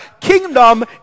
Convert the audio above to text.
kingdom